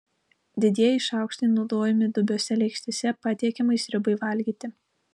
didieji šaukštai naudojami dubiose lėkštėse patiekiamai sriubai valgyti